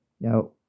Now